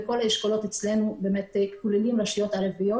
כל האשכולות אצלנו כוללים באמת רשויות ערביות.